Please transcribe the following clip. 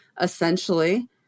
essentially